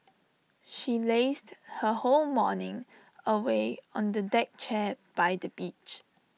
she lazed her whole morning away on the deck chair by the beach